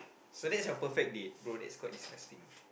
so that's your perfect date bro that's quite disgusting